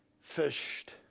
fished